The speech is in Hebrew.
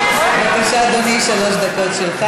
בבקשה, אדוני, שלוש דקות שלך.